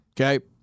Okay